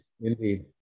Indeed